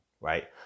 right